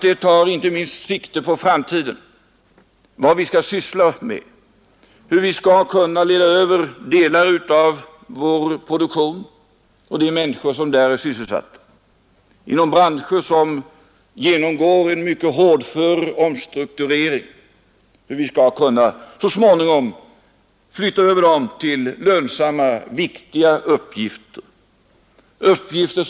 Det tar inte minst sikte på vad vi skall syssla med i framtiden och hur vi så småningom skall kunna flytta över delar av vår produktion samt de människor, som är sysselsatta i de branscher som genomgår en mycket hårdför omstrukturering, till lönsamma viktiga uppgifter.